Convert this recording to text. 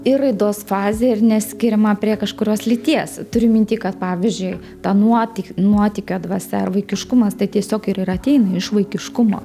ir raidos fazė ir neskiriama prie kažkurios lyties turiu mintyj kad pavyzdžiui tą nuotyk nuotykio dvasia ar vaikiškumas tai tiesiog ir ir ateina iš vaikiškumo